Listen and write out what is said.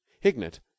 Hignett